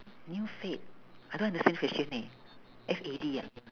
new fad I don't understand question leh F A D ah